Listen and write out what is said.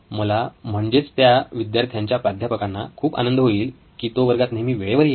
मला म्हणजेच त्या विद्यार्थ्याच्या प्राध्यापकांना खूप आनंद होईल की तो वर्गात नेहमी वेळेवर येईल